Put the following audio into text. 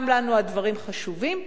גם לנו הדברים חשובים,